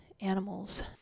animals